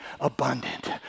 abundant